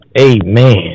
amen